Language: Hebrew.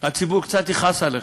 הציבור קצת יכעס עליך,